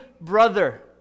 brother